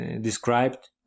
described